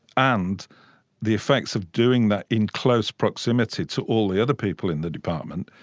and the effects of doing that in close proximity to all the other people in the department,